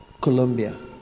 Colombia